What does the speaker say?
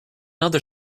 other